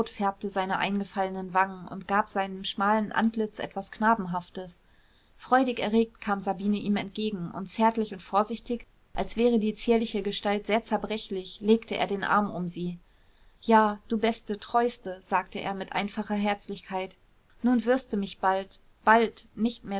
färbte seine eingefallenen wangen und gab seinem schmalen antlitz etwas knabenhaftes freudig erregt kam sabine ihm entgegen und zärtlich und vorsichtig als wäre die zierliche gestalt sehr zerbrechlich legte er den arm um sie ja du beste treuste sagte er in einfacher herzlichkeit nun wirst du mich bald bald nicht mehr